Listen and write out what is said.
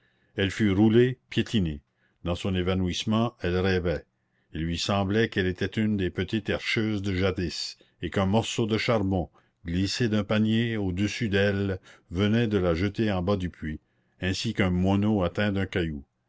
elle fut roulée piétinée dans son évanouissement elle rêvait il lui semblait qu'elle était une des petites herscheuses de jadis et qu'un morceau de charbon glissé d'un panier au-dessus d'elle venait de la jeter en bas du puits ainsi qu'un moineau atteint d'un caillou